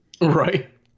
Right